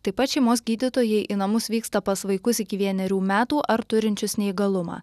taip pat šeimos gydytojai į namus vyksta pas vaikus iki vienerių metų ar turinčius neįgalumą